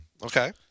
Okay